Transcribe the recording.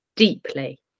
Deeply